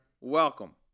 welcome